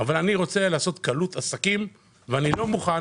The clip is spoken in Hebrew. אבל אני רוצה לעשות קלות עסקים ואני לא מוכן